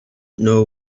know